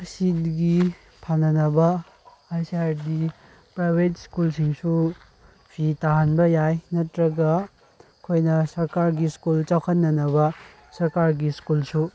ꯑꯁꯤꯒꯤ ꯐꯅꯅꯕ ꯍꯥꯏꯁꯤ ꯍꯥꯏꯔꯗꯤ ꯄ꯭ꯔꯥꯏꯚꯦꯠ ꯁ꯭ꯀꯨꯜꯁꯤꯡꯁꯨ ꯐꯤ ꯇꯥꯍꯟꯕ ꯌꯥꯏ ꯅꯠꯇ꯭ꯔꯒ ꯑꯩꯈꯣꯏꯅ ꯁꯔꯀꯥꯔꯒꯤ ꯁ꯭ꯀꯨꯜ ꯆꯥꯎꯈꯠꯅꯅꯕ ꯁꯔꯀꯥꯔꯒꯤ ꯁ꯭ꯀꯨꯜꯁꯨ